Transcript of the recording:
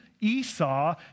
Esau